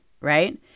right